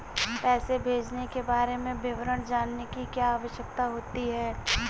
पैसे भेजने के बारे में विवरण जानने की क्या आवश्यकता होती है?